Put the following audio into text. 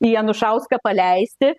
į anušauską paleisti